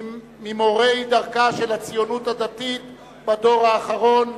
ממורי דרכה של הציונות הדתית בדור האחרון,